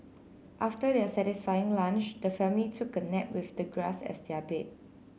after their satisfying lunch the family took a nap with the grass as their bed